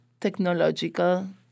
technological